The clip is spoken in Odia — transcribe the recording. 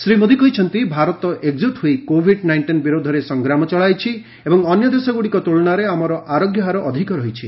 ଶ୍ରୀ ମୋଦି କହିଛନ୍ତି ଭାରତ ଏକଜୁଟ୍ ହୋଇ କୋଭିଡ୍ ନାଇଷ୍ଟିନ୍ ବିରୋଧରେ ସଂଗ୍ରାମ ଚଳାଇଛି ଏବଂ ଅନ୍ୟ ଦେଶଗୁଡ଼ିକ ତୁଳନାରେ ଆମର ଆରୋଗ୍ୟ ହାର ଅଧିକ ରହିଛି